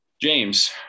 James